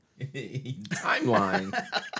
Timeline